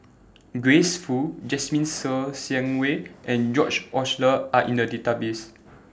Grace Fu Jasmine Ser Xiang Wei and George Oehlers Are in The Database